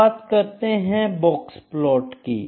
अब बात करते हैं बॉक्स प्लॉट की